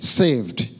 saved